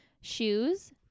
Shoes